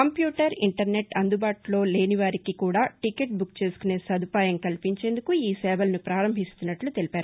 computer internet అందుబాటులోకి లేని వారికి కూడా టీకెట్ బుక్ చేసుకునే సదుపాయం కల్పించేందుకు ఈ సేవలను ప్రారంభిస్తున్నట్ల తెలిపారు